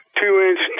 two-inch